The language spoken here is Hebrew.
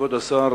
כבוד השר,